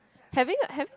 have you have you